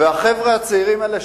והחבר'ה הצעירים האלה,